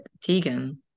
Tegan